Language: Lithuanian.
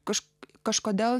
kažkaip kažkodėl